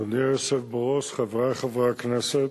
אדוני היושב-ראש, חברי חברי הכנסת,